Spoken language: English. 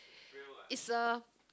it's a